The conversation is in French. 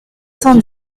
cent